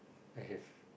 I have